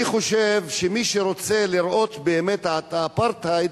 אני חושב שמי שרוצה לראות באמת את האפרטהייד,